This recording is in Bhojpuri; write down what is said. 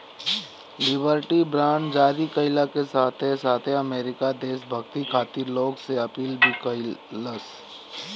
लिबर्टी बांड जारी कईला के साथे साथे अमेरिका देशभक्ति खातिर लोग से अपील भी कईलस